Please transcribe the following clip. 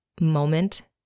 moment